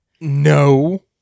No